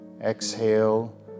exhale